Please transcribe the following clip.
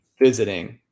visiting